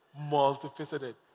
Multifaceted